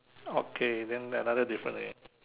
okay then another different is